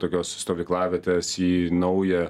tokios stovyklavietės į naują